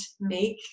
make